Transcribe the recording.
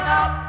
up